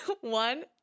One